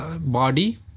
body